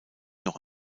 noch